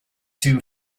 two